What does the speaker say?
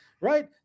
Right